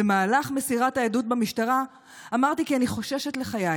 במהלך מסירת העדות במשטרה אמרתי כי אני חוששת לחיי,